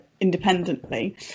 independently